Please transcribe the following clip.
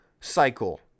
cycle